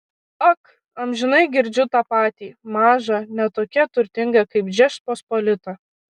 ak amžinai girdžiu tą patį maža ne tokia turtinga kaip žečpospolita